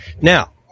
Now